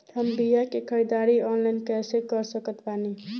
हम बीया के ख़रीदारी ऑनलाइन कैसे कर सकत बानी?